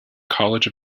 college